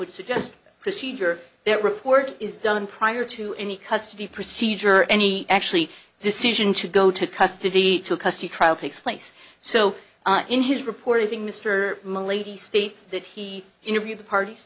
would suggest procedure that report is done prior to any custody procedure any actually decision to go to custody took us to trial takes place so in his reporting mr states that he interviewed the parties